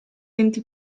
enti